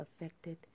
affected